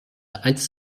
eins